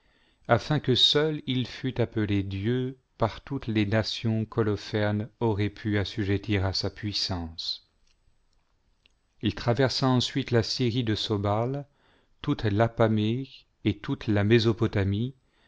afin que seul il fût appelé dieu par toutes les nations qu'holoferne aurait pu assujettir à sa puissance il traversa ensuite la syrie de sobal toute l'apamée et toute la mésopotamie